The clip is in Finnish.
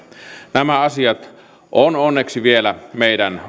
nämä asiat ovat onneksi vielä meidän